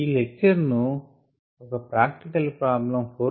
ఈ లెక్చర్ ను ఓక ప్రాక్టికల్ ప్రాబ్లమ్ 4